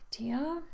idea